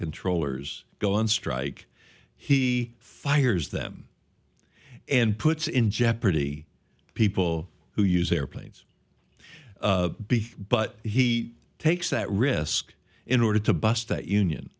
controllers go on strike he fires them and puts in jeopardy people who use airplanes because but he takes that risk in order to bust that union